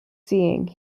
seeing